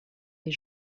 les